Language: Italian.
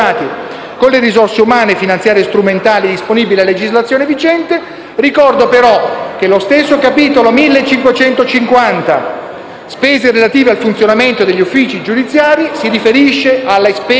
con le risorse umane, finanziarie e strumentali disponibili a legislazione vigente. Ricordo, però, che lo stesso capitolo 1550 («Spese relative al funzionamento degli uffici giudiziari») si riferisce alle spese